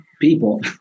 people